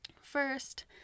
First